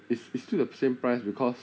it's it's still the same price because